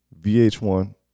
VH1